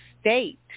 state